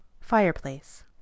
fireplace